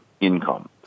income